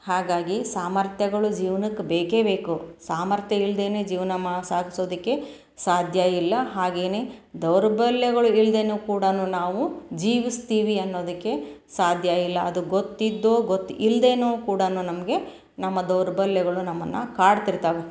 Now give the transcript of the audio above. ಹಾಗಾಗಿ ಸಾಮರ್ಥ್ಯಗಳು ಜೀವ್ನಕ್ಕೆ ಬೇಕೇ ಬೇಕು ಸಾಮರ್ಥ್ಯ ಇಲ್ಲದೇನೆ ಜೀವನ ಮಾ ಸಾಗ್ಸೋದಕ್ಕೆ ಸಾಧ್ಯ ಇಲ್ಲ ಹಾಗೆನೇ ದೌರ್ಬಲ್ಯಗಳು ಇಲ್ಲದೇನು ಕೂಡಾ ನಾವು ಜೀವಿಸ್ತೀವಿ ಅನ್ನೋದಕ್ಕೆ ಸಾಧ್ಯ ಇಲ್ಲ ಅದು ಗೊತ್ತಿದ್ದೋ ಗೊತ್ತಿಲ್ಲದೇನೋ ಕೂಡಾ ನಮಗೆ ನಮ್ಮ ದೌರ್ಬಲ್ಯಗಳು ನಮ್ಮನ್ನು ಕಾಡ್ತಿರ್ತವೆ